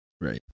Right